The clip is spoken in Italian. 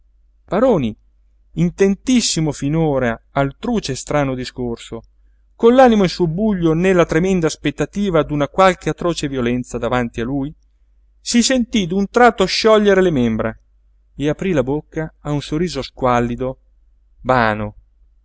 paroni intentissimo finora al truce e strano discorso con l'animo in subbuglio nella tremenda aspettativa d'una qualche atroce violenza davanti a lui si sentí d'un tratto sciogliere le membra e aprí la bocca a un sorriso squallido vano